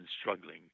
struggling